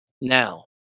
Now